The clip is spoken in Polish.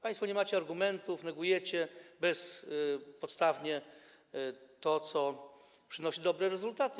Państwo nie macie argumentów, negujecie bezpodstawnie to, co przynosi dobre rezultaty.